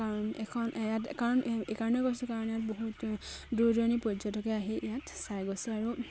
কাৰণ এখন ইয়াত কাৰণ এইকাৰণে কৈছোঁ কাৰণ ইয়াত বহুত দূৰ দূৰণিৰ পৰ্যটকে আহি ইয়াত চাই গৈছে আৰু